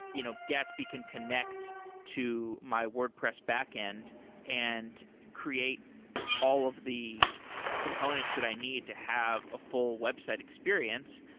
you know gatsby can connect to my wordpress backend and create all of the components that i need to have a full website experience.